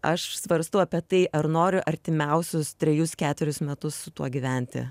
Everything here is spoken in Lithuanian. aš svarstau apie tai ar noriu artimiausius trejus ketverius metus su tuo gyventi